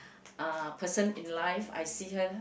uh person in life I see her